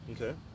Okay